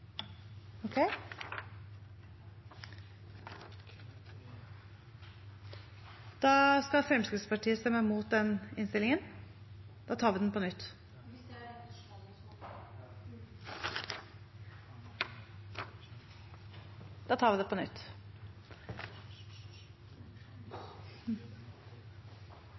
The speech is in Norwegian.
Fremskrittspartiet skal stemme imot innstillingen. Da tar vi det på nytt.